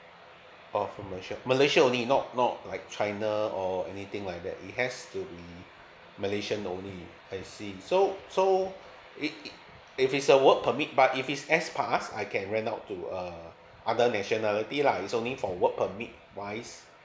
oh for malaysia malaysia only not not like china or anything like that it has to be malaysian only I see so so it it if it's a work permit but if it's S pass I can rent out to uh other nationality lah it's only for work permit wise